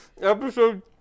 episode